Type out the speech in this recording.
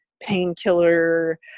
painkiller